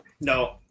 No